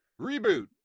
Reboot